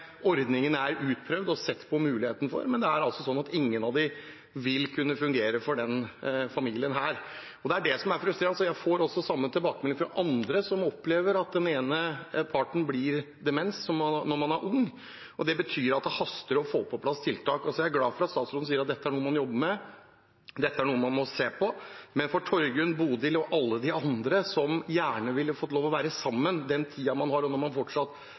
utprøvd og sett på muligheten for. Men det er altså sånn at ingen av dem vil kunne fungere for denne familien. Det er det som er så frustrerende. Jeg får samme tilbakemeldinger fra andre som opplever at den ene parten blir dement når man er ung, og det betyr at det haster å få på plass tiltak. Jeg er glad for at statsråden sier at dette er noe man jobber med, at dette er noe man må se på. For Torgunn, Bodil og alle de andre som gjerne vil få lov til å være sammen den tiden man har, når man fortsatt